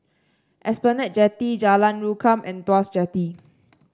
Esplanade Jetty Jalan Rukam and Tuas Jetty